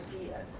ideas